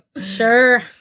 Sure